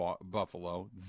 Buffalo